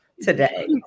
today